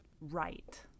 right